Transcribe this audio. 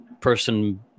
person